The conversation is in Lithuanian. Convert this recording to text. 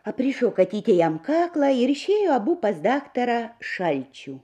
aprišo katytė jam kaklą ir išėjo abu pas daktarą šalčių